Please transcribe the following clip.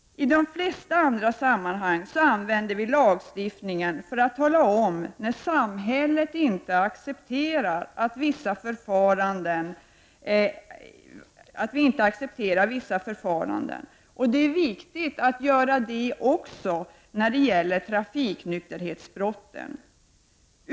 I de flesta andra sammanhang används ju lagstiftning för att markera att samhället inte accepterar vissa förfaranden. Det är viktigt att göra en sådan markering också när det gäller trafiknykterhetsbrotten.